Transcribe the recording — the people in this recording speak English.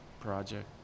project